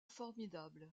formidable